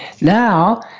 Now